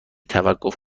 توقف